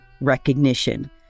recognition